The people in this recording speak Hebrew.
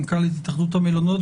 מנכ"לית התאחדות המלונות,